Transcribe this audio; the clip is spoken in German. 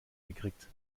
gekriegt